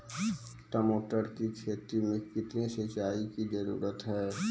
टमाटर की खेती मे कितने सिंचाई की जरूरत हैं?